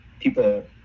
people